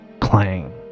Clang